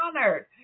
honored